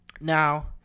Now